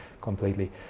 completely